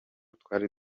twari